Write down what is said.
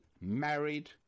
married